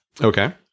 Okay